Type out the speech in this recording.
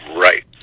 Right